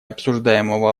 обсуждаемого